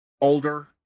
older